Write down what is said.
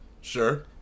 Sure